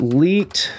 leaked